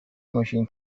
ماشین